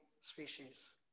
species